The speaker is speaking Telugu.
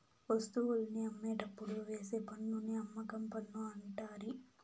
వస్తువుల్ని అమ్మేటప్పుడు వేసే పన్నుని అమ్మకం పన్ను అంటిరి